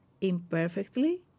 Imperfectly